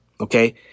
okay